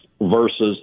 versus